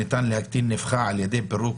שניתן להקטין נפחה על ידי פירוק,